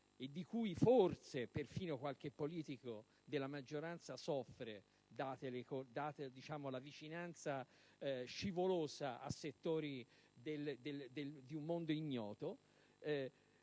e di cui, forse, perfino qualche politico della maggioranza soffre, data la vicinanza scivolosa a settori di un mondo ignoto.